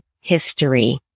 history